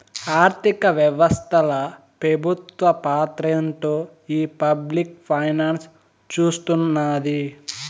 ఆర్థిక వ్యవస్తల పెబుత్వ పాత్రేంటో ఈ పబ్లిక్ ఫైనాన్స్ సూస్తున్నాది